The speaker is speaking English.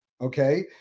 Okay